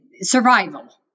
survival